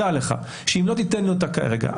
תדע לך שאם לא תיתן לי אותה כרגע,